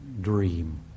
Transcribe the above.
dream